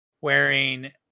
wearing